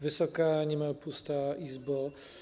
Wysoka - niemal pusta - Izbo!